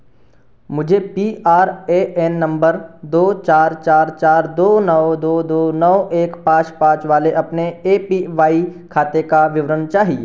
मुझे P R A N number दो चार चार चार दो नौ दो दो नो एक पाँच पाँच वाले अपने ए पी वाई खाते का विवरण चाहिए